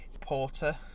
Porter